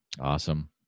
Awesome